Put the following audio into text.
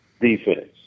defense